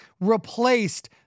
replaced